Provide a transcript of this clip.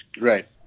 right